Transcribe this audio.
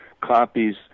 copies